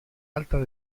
alta